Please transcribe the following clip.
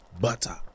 butter